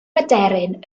aderyn